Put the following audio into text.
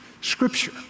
scripture